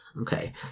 Okay